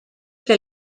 que